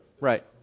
Right